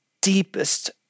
deepest